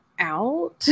out